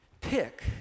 pick